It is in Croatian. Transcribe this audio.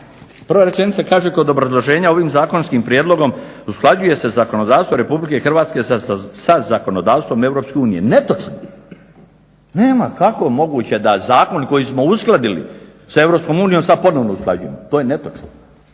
Prva rečenica kaže kod obrazloženja ovim zakonskim prijedlogom usklađuje se zakonodavstvo RH sa zakonodavstvom EU. Netočno! Nema, kako je moguće da zakon koji smo uskladili sa EU sad ponovno usklađujemo? To je netočno.